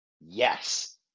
Yes